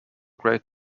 great